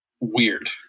weird